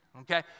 Okay